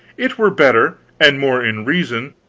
it were better, and more in reason,